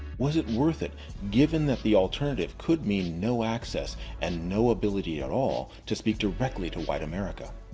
was it worth it given that the alternative could mean no access and no ability at all to speak directly to white america?